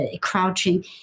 crouching